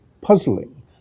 puzzling